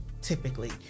typically